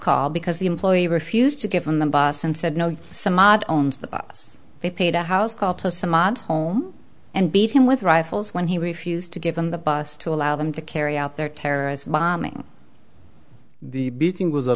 call because the employee refused to give them the bus and said no some odd owns the bus they paid a house call to some odd home and beat him with rifles when he refused to give them the bus to allow them to carry out their terrorist bombing the beating was a